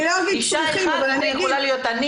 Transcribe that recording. אישה אחת יכולה להיות אני,